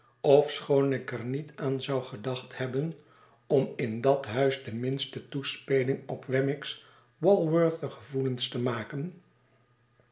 ofschoon ik er niet aan zou gedacht hebben om in dathuisde minste toespeling op wemmick's walworthsche gevoelens te maken